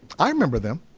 i remember them